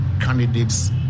candidates